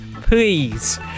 please